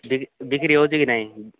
ବିକ୍ରି ବିକ୍ରି ହଉଛି କି ନାହିଁ